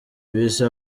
bise